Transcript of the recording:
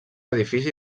edifici